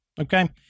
Okay